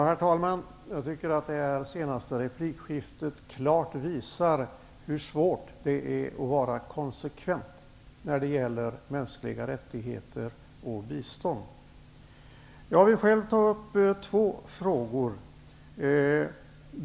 Herr talman! Det senaste replikskiftet visar klart hur svårt det är att vara konsekvent när det gäller mänskliga rättigheter och bistånd. Själv vill jag ta upp två frågor.